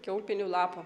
kiaulpienių lapų